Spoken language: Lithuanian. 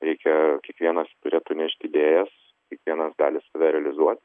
reikia kiekvienas turėtų nešt idėjas kiekvienas gali save realizuot